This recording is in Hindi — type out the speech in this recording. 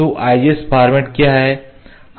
तो IGS फॉर्मेट क्या है